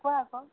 কোৱা আকৌ